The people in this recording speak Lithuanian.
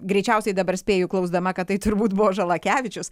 greičiausiai dabar spėju klausdama ką tai turbūt buvo žalakevičius